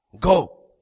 Go